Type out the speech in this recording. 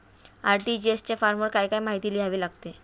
RTGS च्या फॉर्मवर काय काय माहिती लिहावी लागते?